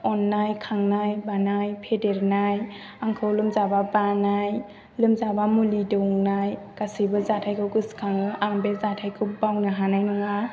अननाय खांनाय बानाय फेदेरनाय आंखौ लोमजाबा बानाय लोमजाबा मुलि दौनाय गासैबो जाथायखौ गोसोखाङो आं बे जाथायखौ बावनो हानाय नङा